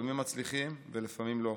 לפעמים מצליחים ולפעמים לא.